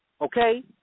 Okay